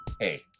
Hey